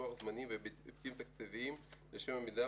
לוח זמנים והיבטים תקציביים לשם עמידה